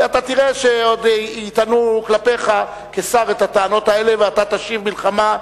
ואתה תראה שעוד יטענו כלפיך כשר את הטענות ואתה תשיב מלחמה שערה.